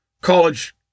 college